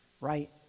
Right